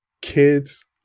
kids